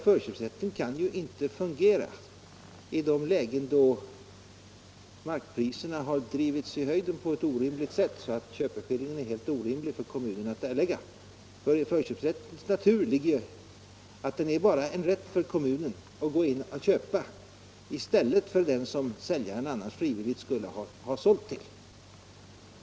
Förköpsrätten kan ju inte fungera i de lägen där markpriserna har drivits i höjden på ett sådant sätt att köpeskillingen är helt orimlig för kommunen att erlägga. I förköpsrättens natur ligger ju att den bara är en rätt för kommunen att gå in och köpa i stället för den som säljaren annars frivilligt skulle ha sålt till.